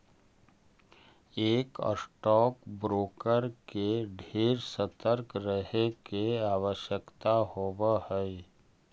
एक stock broker के ढेर सतर्क रहे के आवश्यकता होब हई